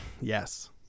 yes